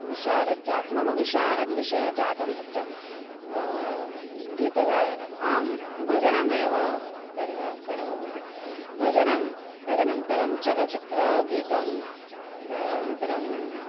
विशारदं जातं मम विशारद्विषयं जातं तत्र गीतगायनम् अहं भजनमेव कर् करोमि भजनं तदनन्तरं चलचित्रगीतं तदनन्तरम्